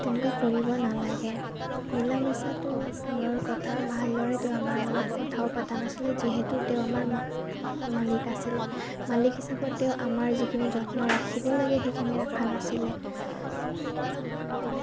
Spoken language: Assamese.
তেনেকুৱা কৰিব নালাগে মিলা মিচাটো দূৰৰ কথা ভালদৰে তেওঁ আমাৰ লগত কথাও পাতা নাছিলে যিহেতু তেওঁ আমাৰ মা মালিক আছিলে মালিক হিচাপত তেওঁ আমাৰ যিখিনি যত্ন ৰাখিব লাগে সেইখিনি ৰখা নাছিলে